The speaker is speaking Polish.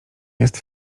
jest